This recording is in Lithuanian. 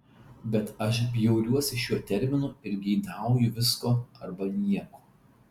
bet aš bjauriuosi šiuo terminu ir geidauju visko arba nieko